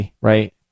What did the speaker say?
right